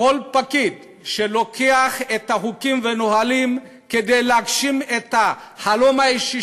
כל פקיד שלוקח את החוקים והנהלים כדי להגשים את החלום האישי